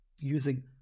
using